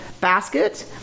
basket